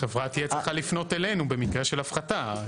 החברה תהיה צריכה לפנות אלינו במקרה של הפחתה.